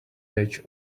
edge